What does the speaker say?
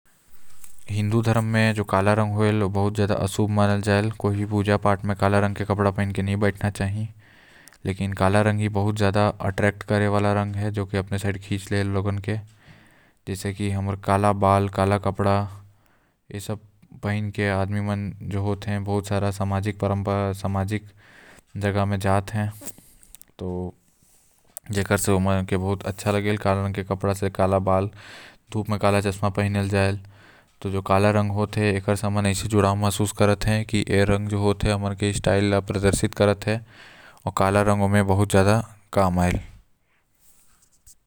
हिंदू धर्म म ए जो काला रंग होल ए ह। अशुभ माना जआते आऊ पूजा म काला कपड़ा नि पहनना चाही काबर की अशुभ माना जाते। आऊ ऐसे देखा जाए त कारिया रंग भी जचते अगर कपड़ा में हो त।